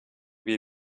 wir